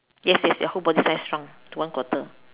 yes yes your whole body size shrunk to one quarter